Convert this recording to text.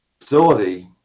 facility